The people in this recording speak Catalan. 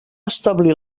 establir